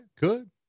good